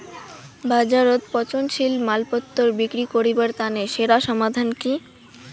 বাজারত পচনশীল মালপত্তর বিক্রি করিবার তানে সেরা সমাধান কি?